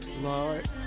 Lord